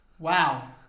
Wow